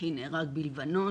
אחי נהרג בלבנון.